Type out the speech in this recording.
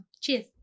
cheers